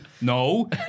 no